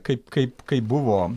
kaip kaip kaip buvo